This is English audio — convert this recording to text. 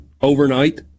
overnight